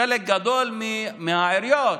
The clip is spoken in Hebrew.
חלק גדול מהעיריות,